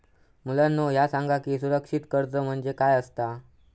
मुलांनो ह्या सांगा की असुरक्षित कर्ज म्हणजे काय आसता?